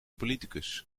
politicus